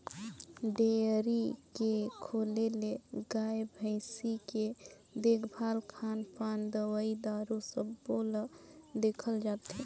dairy के खोले ले गाय, भइसी के देखभाल, खान पान, दवई दारू सबो ल देखल जाथे